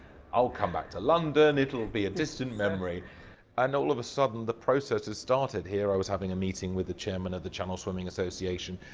i'll come back to london it'll be a distant memory and all of a sudden the process started here i was having a meeting with the chairman of the channel swimming association,